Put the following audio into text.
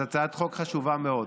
זו הצעת חוק חשובה מאוד.